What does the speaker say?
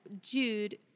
Jude